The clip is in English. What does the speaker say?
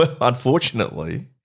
unfortunately